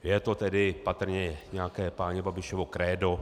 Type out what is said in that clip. Je to tedy patrně nějaké páně Babišovo krédo.